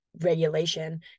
regulation